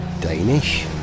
Danish